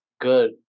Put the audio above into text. good